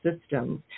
systems